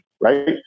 right